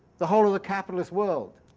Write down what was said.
the whole of the capitalist world.